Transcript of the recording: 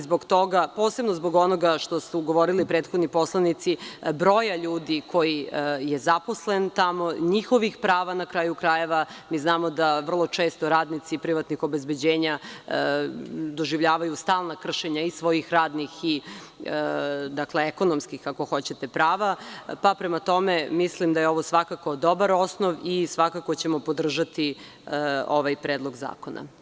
Zbog toga, a posebno zbog onoga što su govorili prethodni poslanici, zbog broja ljudi koji je zaposlen tamo, njihovih prava na kraju krajeva, mi znamo da vrlo često radnici privatnih obezbeđenja doživljavaju stalna kršenja i svojih radnih i ekonomskih prava, pa, prema tome, mislim da je ovo svakako dobar osnov i svakako ćemo podržati ovaj predlog zakona.